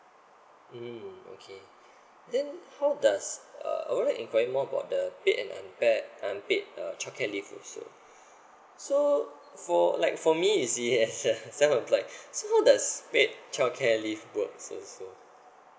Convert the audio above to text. mm okay then how does uh I would like to inquire more about the paid and unpaid child care leave also so for like for me is yes yes self employed so how does paid child care leave work also